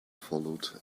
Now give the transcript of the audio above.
followed